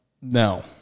no